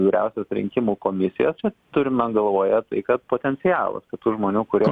vyriausiosios rinkimų komisijose turima galvoje tai kad potencialas kad tų žmonių kurie